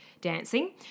dancing